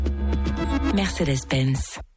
Mercedes-Benz